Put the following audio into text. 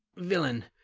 villain,